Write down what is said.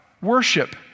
worship